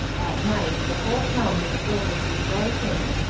at night the whole town was filled with rejoicings,